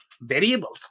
variables